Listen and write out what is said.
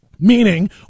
Meaning